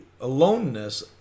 aloneness